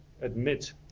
admit